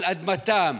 על אדמתם.